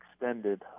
extended